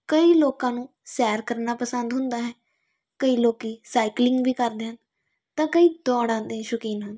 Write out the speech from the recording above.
ਕਈ ਲੋਕਾਂ ਨੂੰ ਸੈਰ ਕਰਨਾ ਪਸੰਦ ਹੁੰਦਾ ਹੈ ਕਈ ਲੋਕ ਸਾਈਕਲਿੰਗ ਵੀ ਕਰਦੇ ਹਨ ਤਾਂ ਕਈ ਦੌੜਾਂ ਦੇ ਸ਼ੌਕੀਨ ਹਨ